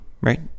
right